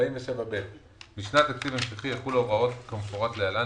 47ב. בשנת תקציב המשכי יחולו ההוראות כמפורט להלן,